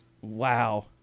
Wow